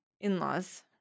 in-laws